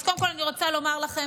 אז קודם כול אני רוצה לומר לכם,